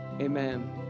Amen